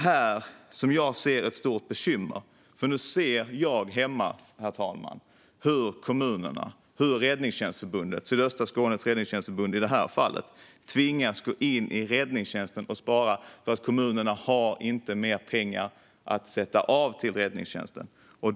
Här ser jag ett stort bekymmer hemma, herr ålderspresident, där kommunerna och Sydöstra Skånes räddningstjänstförbund i det här fallet tvingas gå in och spara på räddningstjänsten, för kommunerna har inte mer pengar att sätta av till räddningstjänsten.